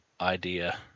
idea